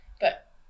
But-